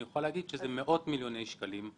אני יכול להגיד שזה מאות מיליוני שקלים.